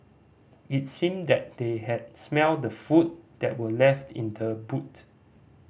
it seemed that they had smelt the food that were left in the boot